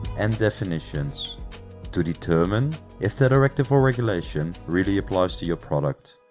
and definitions to determine if the directive or regulation really applies to your product.